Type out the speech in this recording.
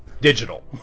digital